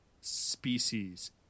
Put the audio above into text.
species